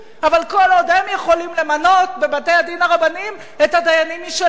אבל כל עוד הם יכולים למנות בבתי-הדין הרבניים את הדיינים שלהם,